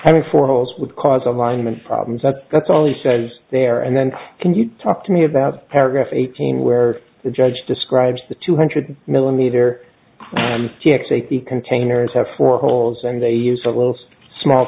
having four holes with cause alignment problems that's that's all he says there and then can you talk to me about paragraph eighteen where the judge describes the two hundred millimeter the containers have four holes and they use a little small